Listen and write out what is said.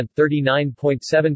39.7%